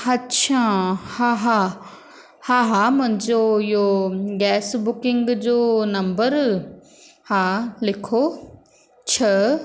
अच्छा हा हा हा हा मुंहिंजो इहो गैस बुकिंग जो नम्बर हा लिखो छह